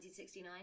1969